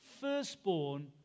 firstborn